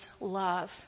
love